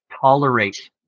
tolerate